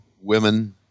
women